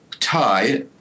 tie